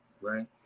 Right